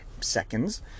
seconds